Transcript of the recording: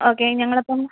okay ഞങ്ങൾ അപ്പം